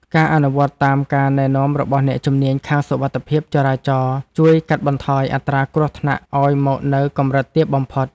ការអនុវត្តតាមការណែនាំរបស់អ្នកជំនាញខាងសុវត្ថិភាពចរាចរណ៍ជួយកាត់បន្ថយអត្រាគ្រោះថ្នាក់ឱ្យមកនៅកម្រិតទាបបំផុត។